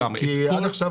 עד עכשיו